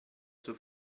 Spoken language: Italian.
suo